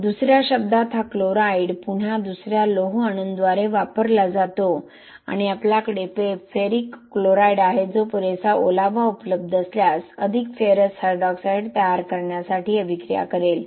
तर दुसऱ्या शब्दांत हा क्लोराईड पुन्हा दुसर्या लोह अणूंद्वारे वापरला जातो आणि आपल्याकडे फेरिक क्लोराईड आहे जो पुरेसा ओलावा उपलब्ध असल्यास अधिक फेरस हायड्रॉक्साईड तयार करण्यासाठी अभिक्रिया करेल